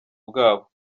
bwabo